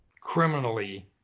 criminally